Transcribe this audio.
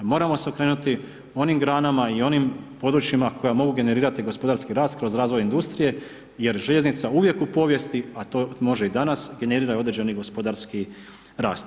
Moramo se okrenuti onim granama i onim područjima koja mogu generirati gospodarski rast kroz razvoj industrije jer željeznica uvijek u povijest a to može i danas, generira određeni gospodarski rast.